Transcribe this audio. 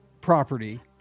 property